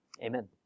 amen